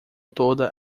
toda